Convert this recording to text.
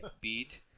beat